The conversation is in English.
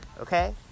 Okay